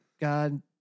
God